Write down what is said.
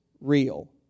real